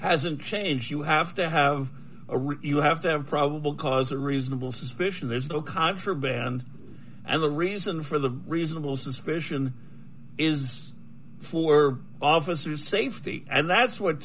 hasn't changed you have to have a room you have to have probable cause or reasonable suspicion there's no contraband and the reason for the reasonable suspicion is for officer safety and that's what